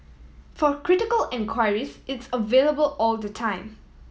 for critical inquiries it's available all the time